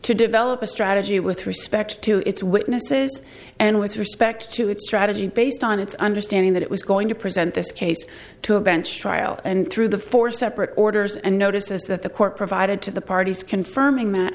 to develop a strategy with respect to its witnesses and with respect to its strategy based on its understanding that it was going to present this case to a bench trial and through the four separate orders and notices that the court provided to the parties confirming that